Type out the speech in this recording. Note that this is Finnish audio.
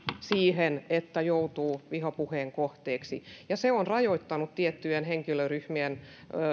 että joutuu vihapuheen kohteeksi ja se on rajoittanut tiettyjen henkilöryhmien